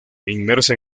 inmersa